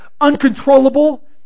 uncontrollable